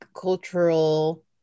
cultural